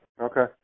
Okay